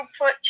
put